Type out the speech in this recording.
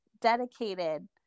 dedicated